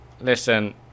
listen